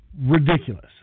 Ridiculous